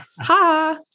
ha